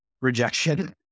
Rejection